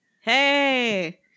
Hey